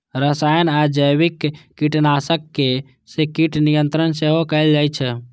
रसायन आ जैविक कीटनाशक सं कीट नियंत्रण सेहो कैल जाइ छै